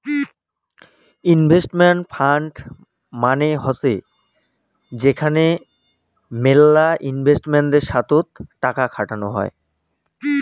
investment fund মানে হসে যেখানে বিভিন্ন ইনভেস্টরদের সাথে টাকা খাটানো হই